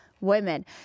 Women